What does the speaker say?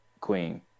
Queen